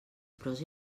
pros